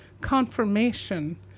confirmation